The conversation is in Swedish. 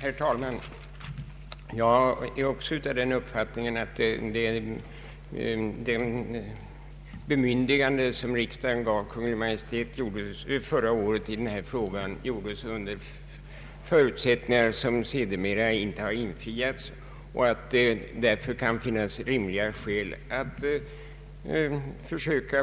Herr talman! Även jag är av den uppfattningen att det bemyndigande som riksdagen förra året gav Kungl. Maj:t i denna fråga lämnades under förutsättningar, som sedermera inte har infriats, och att det därför kan finnas rimliga skäl att